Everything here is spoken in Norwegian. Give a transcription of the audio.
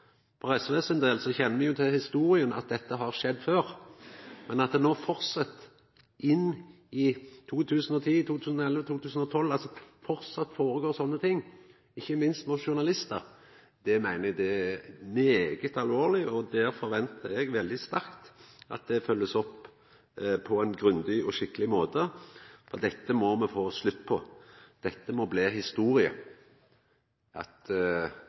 For SV sin del kjenner me jo til gjennom historia at dette har skjedd før. Men at det no held fram inn i 2010, 2011, 2012 – at det framleis går føre seg slike ting, ikkje minst mot journalistar – meiner eg er svært alvorleg, og eg forventar veldig sterkt at det blir følgt opp på ein grundig og skikkeleg måte. Det må me få slutt på, det må bli historie at